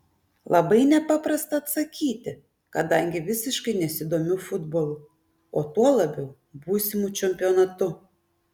labai nepaprasta atsakyti kadangi visiškai nesidomiu futbolu o tuo labiau būsimu čempionatu